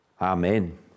Amen